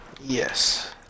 Yes